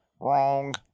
wrong